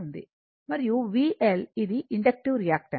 మరియు VL ఇది inductive reactance